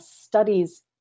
studies